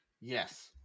Yes